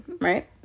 right